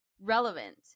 relevant